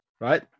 Right